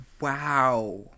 Wow